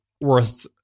worth